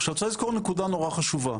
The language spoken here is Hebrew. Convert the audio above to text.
עכשיו צריך לזכור נקודה נורא חשובה,